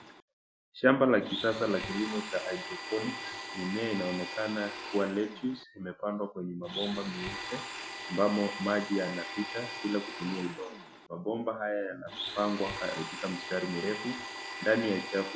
Shamba la kisasa la kilimo cha hydroponics mimea inaonekana kuwa lettuce imepandwa kwenye mabomba meupe ambamo maji yanapita bila kutumia udongo. Mabomba haya yanapangwa katika mistari mirefu ndani ya chafu.